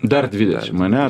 dar dvidešim ane